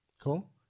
Cool